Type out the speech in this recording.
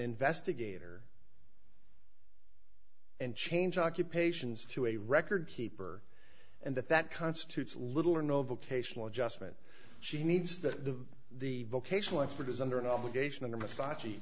investigator and change occupations to a record keeper and that that constitutes little or no vocational adjustment she needs to the vocational expert is under an obligation in the massag